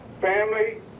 family